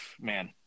man